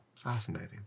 Fascinating